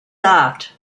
laughed